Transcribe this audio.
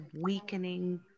weakening